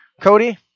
Cody